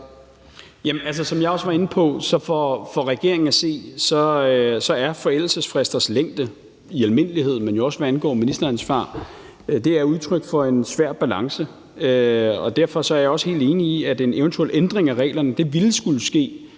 som jeg også var inde på, er forældelsesfristernes længde i almindelighed, men også hvad angår ministeransvar, for regeringen at se udtryk for en svær balance. Derfor er jeg også helt enig i, at en eventuel ændring af reglerne ville skulle ske